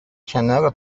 کنار